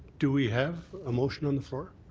do we have a motion on the floor?